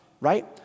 right